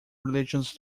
religious